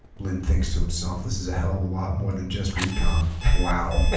lynn thinks to himself this is a hell of a lot more than just recon wow